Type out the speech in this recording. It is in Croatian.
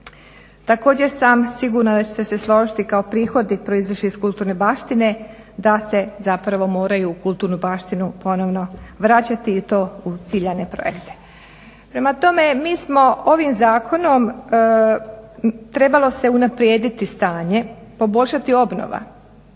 Također sam sigurna da ćete se složiti kao prihodi proizašli iz kulturne baštine da se zapravo moraju u kulturnu baštinu ponovno vraćati i to u ciljane projekte. Prema tome, mi smo ovim zakonom, trebalo se unaprijediti stanje, poboljšati obnova,